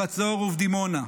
בחצור ובדימונה,